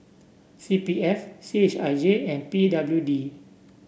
C P F C H I J and P W D